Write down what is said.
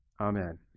Amen